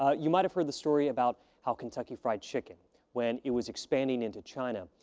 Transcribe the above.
ah you might have heard the story about how kentucky fried chicken when it was expanding into china,